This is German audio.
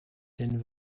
denn